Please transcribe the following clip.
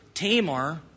Tamar